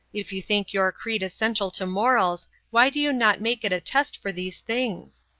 if you think your creed essential to morals why do you not make it a test for these things?